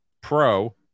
pro